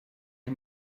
les